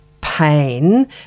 pain